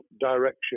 direction